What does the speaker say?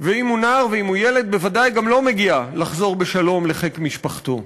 ואם הוא נער ואם הוא ילד בוודאי גם לו מגיע לחזור בשלום לחיק משפחתו.